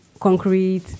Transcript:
Concrete